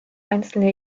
einzelne